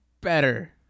better